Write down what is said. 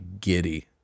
giddy